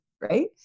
right